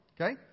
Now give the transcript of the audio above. Okay